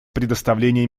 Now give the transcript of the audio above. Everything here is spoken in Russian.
предоставления